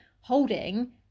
holding